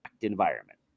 environment